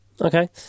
Okay